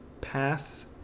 path